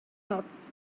ots